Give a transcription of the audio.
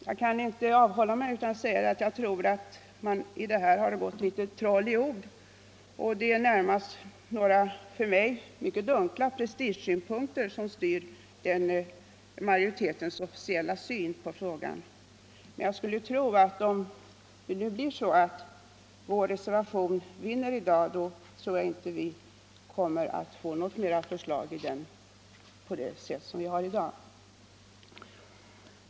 Jag kan inte avhålla mig från att säga att jag tror att det har gått troll i ord och att det närmast är några för mig dunkla prestigesynpunkter som styr majoritetens officiella syn på frågan. Men jag skulle tro att om vår reservation vinner i dag kommer det inte att framläggas något förslag liknande det som vi nu haft att behandla.